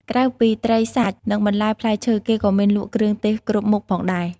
ក្រៅពីត្រីសាច់និងបន្លែផ្លែឈើ គេក៏មានលក់គ្រឿងទេសគ្រប់មុខផងដែរ។